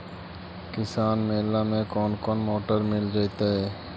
किसान मेला में कोन कोन मोटर मिल जैतै?